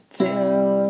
till